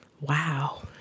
Wow